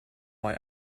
why